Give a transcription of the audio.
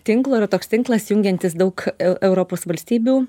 tinklo yra toks tinklas jungiantis daug eu europos valstybių